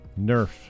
Nerf